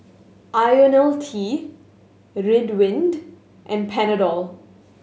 Ionil T Ridwind and Panadol